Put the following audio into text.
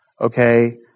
okay